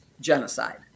genocide